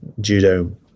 judo